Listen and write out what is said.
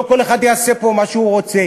לא כל אחד יעשה פה מה שהוא רוצה.